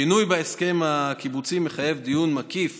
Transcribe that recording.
שינוי בהסכם הקיבוצי מחייב דיון מקיף